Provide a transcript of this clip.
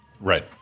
Right